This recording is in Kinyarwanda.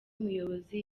umuyobozi